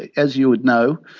as you would know,